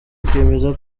akemeza